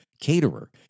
caterer